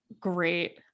great